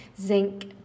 zinc